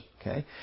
Okay